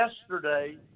yesterday